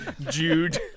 Jude